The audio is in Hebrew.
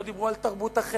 לא דיברו על תרבות אחרת,